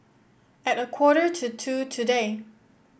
at a quarter to two today